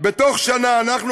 בתוך שנה אנחנו,